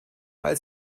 als